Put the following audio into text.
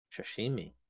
Sashimi